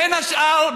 בין השאר,